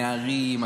נערים,